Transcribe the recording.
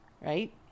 right